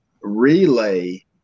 relay